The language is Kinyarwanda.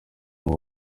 ngo